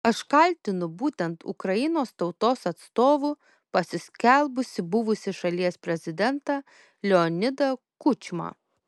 aš kaltinu būtent ukrainos tautos atstovu pasiskelbusį buvusį šalies prezidentą leonidą kučmą